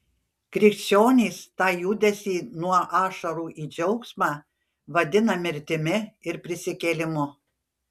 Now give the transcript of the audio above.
krikščionys tą judesį nuo ašarų į džiaugsmą vadina mirtimi ir prisikėlimu